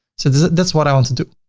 so that's what i want to do